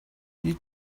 هیچ